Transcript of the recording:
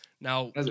now